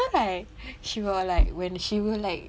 then like she will like when she will like